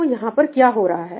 तो यहां पर क्या हो रहा है